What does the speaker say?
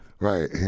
Right